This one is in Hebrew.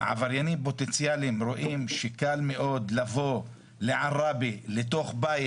ועבריינים פוטנציאליים רואים שקל מאוד לבוא לעראבה לתוך בית.